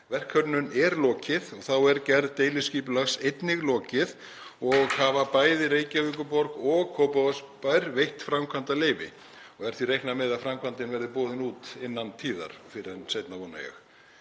Verkhönnun er lokið og þá er gerð deiliskipulags einnig lokið og hafa bæði Reykjavíkurborg og Kópavogsbær veitt framkvæmdaleyfi. Er því reiknað með að framkvæmdin verði boðin út innan tíðar og fyrr en seinna vona ég.